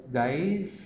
guys